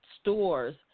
stores